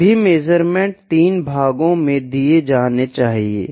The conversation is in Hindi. सभी मेज़रमेंट 3 भागों में दिए जाने चाहिए